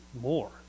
more